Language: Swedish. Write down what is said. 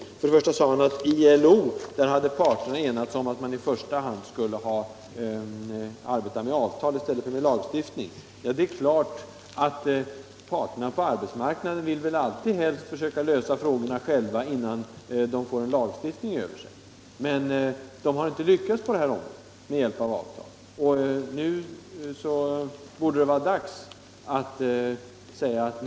Statsrådet sade att i ILO hade parterna enats om att man i första hand skulle arbeta med avtal i stället för med lagstiftning. Parterna på arbetsmarknaden vill väl nästan alltid försöka lösa frågorna själva med hjälp av avtal, i stället för att få en lagstiftning över sig. Men på det här området har de inte lyckats.